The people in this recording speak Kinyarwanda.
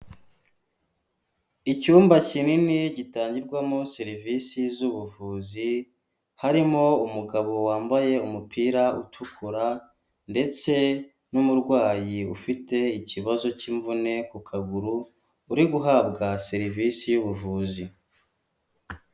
Icyumba kinini gitangirwamo serivisi z'ubuvuzi, harimo umugabo wambaye umupira utukura ndetse n'umurwayi ufite ikibazo cy'imvune ku kaguru uri guhabwa serivisi y'ubuvuzi.